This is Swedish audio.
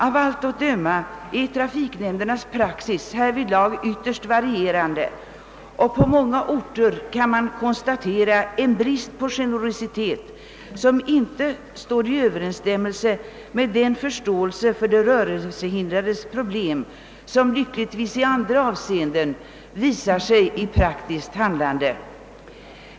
Av allt att döma är trafiknämndernas praxis härvidlag ytterst varierande, och på många orter kan man konstatera en brist på generositet, som inte står i överensstämmelse med den förståelse för de rörelsehindrades problem som i andra avseenden lyckligtvis visar sig i praktiskt handlande.